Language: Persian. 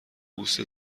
بوسه